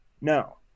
No